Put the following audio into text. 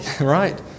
right